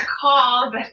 call